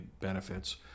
benefits